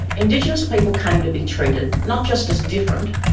indigenous people came to be treated, not just as different,